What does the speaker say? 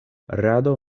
rado